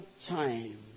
time